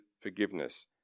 forgiveness